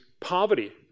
poverty